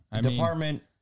Department